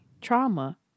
trauma